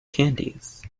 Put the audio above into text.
candies